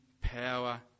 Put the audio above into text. power